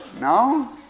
No